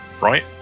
right